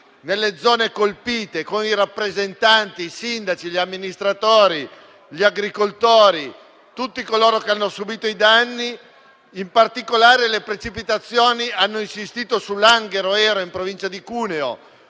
della Provincia, con i rappresentanti, i sindaci, gli amministratori, gli agricoltori e tutti coloro che hanno subito i danni. In particolare, le precipitazioni hanno insistito su Langhe-Roero, in provincia di Cuneo,